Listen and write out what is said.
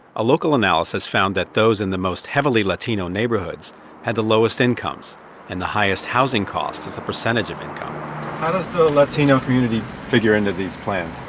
a local analysis found that those in the most heavily latino neighborhoods had the lowest incomes and the highest housing costs as a percentage of income how does the latino community figure into these plans?